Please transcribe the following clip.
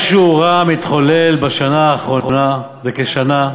משהו רע מתחולל בשנה האחרונה, זה כשנה,